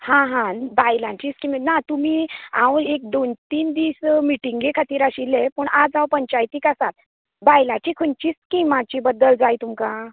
हां हां बायलांची स्किमी ना तुमी हांव एक दोन तीन दीस मिटींगे खातीर आशिल्लें पूण आयज हांव पंचायतींक आसा बायलांची खंयच्या स्किमांच बद्दल जाय तुमका